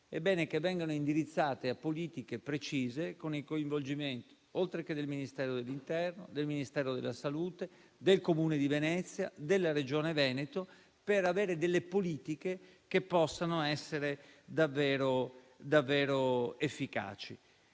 è bene che vengano indirizzati a politiche precise, con il coinvolgimento, oltre che del Ministero dell'interno, del Ministero della salute, del Comune di Venezia e della Regione Veneto, per avere delle politiche che possano essere davvero efficaci.